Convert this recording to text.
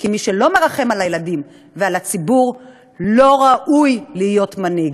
כי מי שלא מרחם על הילדים ועל הציבור לא ראוי להיות מנהיג.